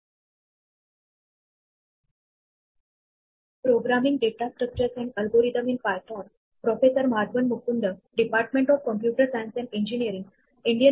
1970 मध्ये Niklaus Wirth Pascal programming language चा inventor याने इन्फ्लूएंटिअल पुस्तक algorithm plus data structure equal program लिहिले